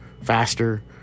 faster